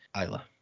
Isla